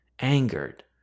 angered